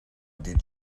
did